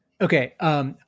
Okay